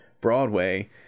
broadway